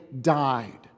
died